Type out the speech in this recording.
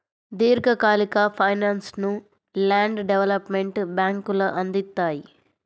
దీర్ఘకాలిక ఫైనాన్స్ను land development బ్యేంకులు అందిత్తాయి